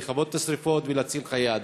לכבות את השרפות ולהציל חיי אדם.